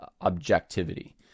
objectivity